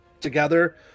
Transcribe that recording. together